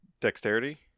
Dexterity